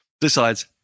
decides